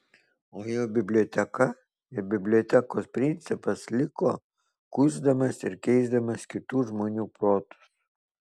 o jo biblioteka ir bibliotekos principas liko kuisdamas ir keisdamas kitų žmonių protus